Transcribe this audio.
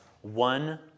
one